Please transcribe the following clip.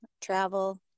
travel